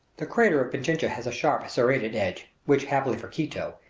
the crater of pichincha has a sharp, serrated edge, which, happily for quito,